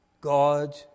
God